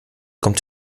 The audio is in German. kommt